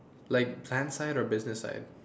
like plan side or business side